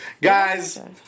Guys